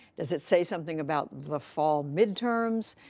does it say something about the fall midterms?